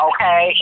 Okay